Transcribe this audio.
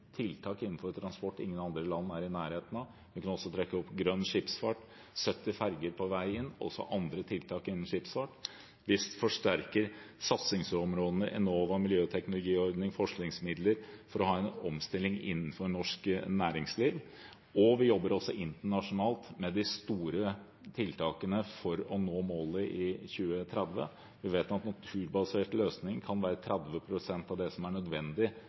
kan også trekke fram grønn skipsfart – 70 fergesamband på vei inn, og andre tiltak innen skipsfart. Vi forsterker satsingsområdene Enova, miljøteknologiordningen og forskningsmidler, for å ha en omstilling innenfor norsk næringsliv. Vi jobber også internasjonalt med de store tiltakene for å nå målet i 2030. Vi vet at naturbaserte løsninger kan være 30 pst. av det som er nødvendig